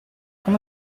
come